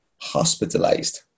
hospitalized